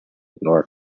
nor